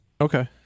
Okay